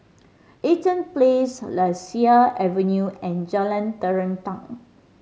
Eaton Place Lasia Avenue and Jalan Terentang